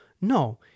No